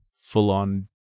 full-on